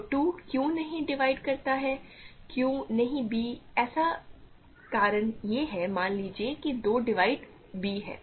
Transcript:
तो 2 क्यों नहीं डिवाइड करता है क्यों नहीं b कारण ऐसा है मान लीजिए कि 2 डिवाइड b है